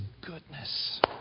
goodness